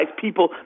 people